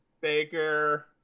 Baker